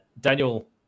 Daniel